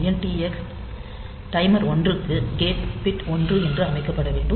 INT x timer 1 க்கு gate bit ஒன்று என்று அமைக்கப்பட வேண்டும்